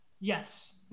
Yes